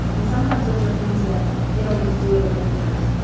and sometimes those are things that they don't get to do in other times.